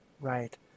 Right